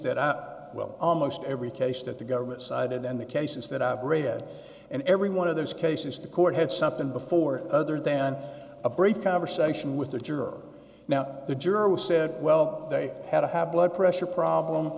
that up well almost every case that the government sided then the cases that i've read and every one of those cases the court had something before other than a brief conversation with the juror now the juror who said well they had to have blood pressure problem